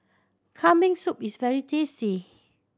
Kambing Soup is very tasty